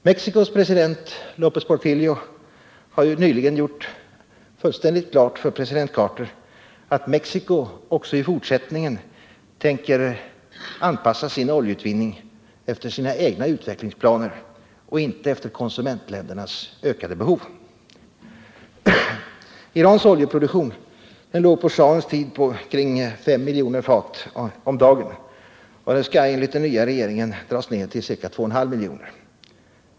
Mexicos president Lopez Portillo har nyligen gjort fullständigt klart för president Carter att Mexico också i fortsättningen tänker anpassa sin oljeutvinning efter sina egna utvecklingsplaner och inte efter konsumentländernas ökade behov. Irans oljeproduktion låg på schahens tid kring 5 miljoner fat om dagen och skall, enligt den nya regeringen, dras ned till ca 2,5 miljoner.